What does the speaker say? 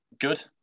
good